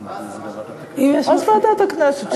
אז ועדת הכנסת שתחליט.